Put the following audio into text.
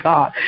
God